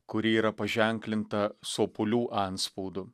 kuri yra paženklinta sopulių antspaudu